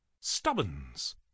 Stubbins